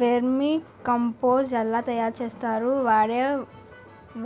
Vermi compost ఎలా తయారు చేస్తారు? వాడే